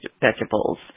vegetables